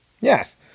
Yes